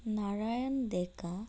Narayan Deka